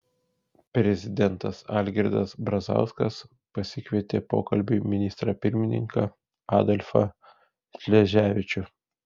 prezidentas algirdas brazauskas pasikvietė pokalbiui ministrą pirmininką adolfą šleževičių